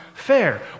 fair